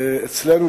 אצלנו,